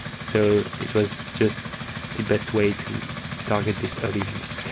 so it was just the best way to target this audience.